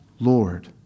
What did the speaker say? Lord